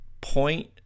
point